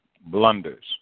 blunders